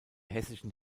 hessischen